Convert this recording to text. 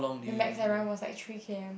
the max I run was like three k_m